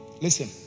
Listen